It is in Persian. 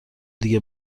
دیگه